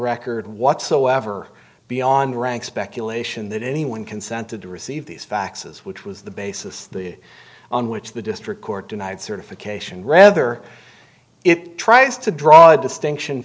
record whatsoever beyond rank speculation that anyone consented to receive these faxes which was the basis on which the district court denied certification rather it tries to draw distinction